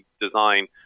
design